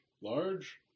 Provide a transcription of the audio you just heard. Large